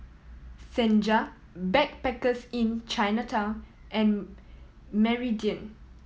Senja Backpackers Inn Chinatown and Meridian